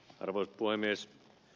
arvoisa puhemies